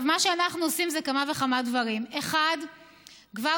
מה שאנחנו עושים זה כמה וכמה דברים: 1. כבר